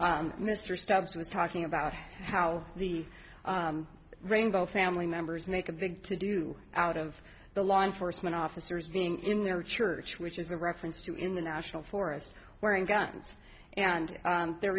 where mr stubbs was talking about how the rainbow family members make a big to do out of the law enforcement officers being in their church which is a reference to in the national forest wearing guns and there